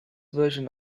version